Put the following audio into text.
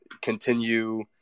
continue